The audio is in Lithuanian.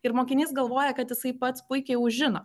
ir mokinys galvoja kad jisai pats puikiai žino